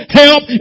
help